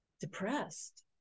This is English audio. depressed